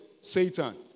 Satan